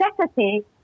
necessity